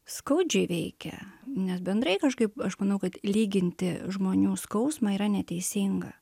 skaudžiai veikia nes bendrai kažkaip aš manau kad lyginti žmonių skausmą yra neteisinga